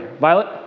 Violet